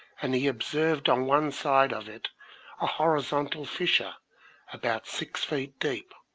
and he observed on one side of it a horizontal fissure about six feet deep,